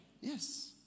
Yes